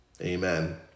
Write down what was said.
Amen